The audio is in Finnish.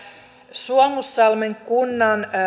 suomussalmen kunnan